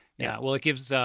yeah, well it gives,